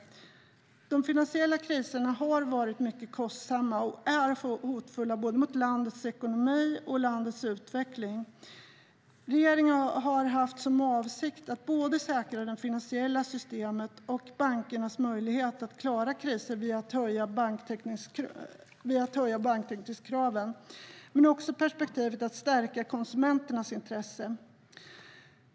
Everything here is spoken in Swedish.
De finansiella kriserna har varit mycket kostsamma och är hotfulla mot både landets ekonomi och landets utveckling. Regeringen har inte bara haft som avsikt att säkra det finansiella systemet och bankernas möjlighet att klara kriser via att höja banktäckningskraven, utan också perspektivet att stärka konsumenternas intressen har funnits.